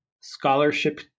scholarship